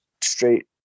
straight